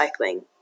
recycling